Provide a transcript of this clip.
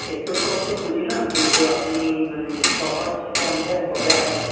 এত সব তো বুঝি না কিন্তু আপনি মানে সহজ কোনটায় হবে আপনি ওটা